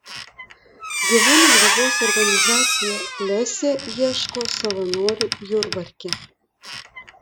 gyvūnų globos organizacija lesė ieško savanorių jurbarke